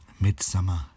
midsummer